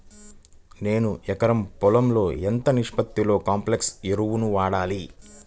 నేను ఎకరం పొలంలో ఎంత నిష్పత్తిలో కాంప్లెక్స్ ఎరువులను వాడాలి?